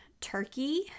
turkey